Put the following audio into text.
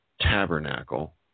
tabernacle